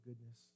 goodness